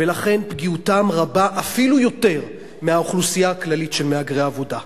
ולכן פגיעותן רבה אפילו יותר מהאוכלוסייה הכללית של מהגרי עבודה.